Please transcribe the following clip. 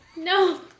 No